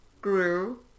grew